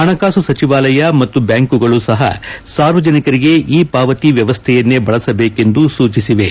ಪಣಕಾಸು ಸಚಿವಾಲಯ ಮತ್ತು ಬ್ಯಾಂಕುಗಳು ಸಪ ಸಾರ್ವಜನಿಕರಿಗೆ ಇ ಪಾವತಿ ವ್ಯವಸ್ಥೆಯನ್ನೇ ಬಳಸಬೇಕೆಂದು ಸೂಚಿಸಿವೆ